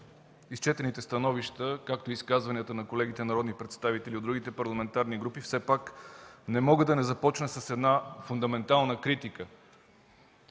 изчетените становища, както и изказванията на колегите народни представители от другите парламентарни групи, все пак не мога да не започна с една фундаментална критика